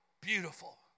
beautiful